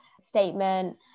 statement